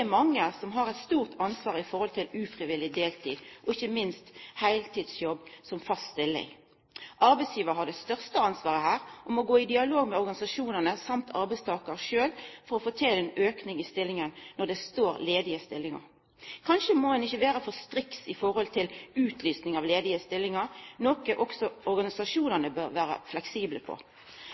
mange som har eit stort ansvar i forhold til ufrivillig deltid og ikkje minst i forhold til heiltidsjobb som fast stilling. Arbeidsgivar har det største ansvaret her og må gå i dialog med organisasjonane og arbeidstakaren sjølv for å få til ein auke i stillinga når det står ledige stillingar. Kanskje må ein ikkje vera for striks i utlysinga av ledige stillingar, noko også organisasjonane kan vera fleksible på.